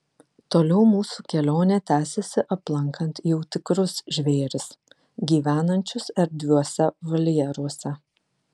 toliau mūsų kelionė tęsėsi aplankant jau tikrus žvėris gyvenančius erdviuose voljeruose